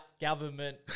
government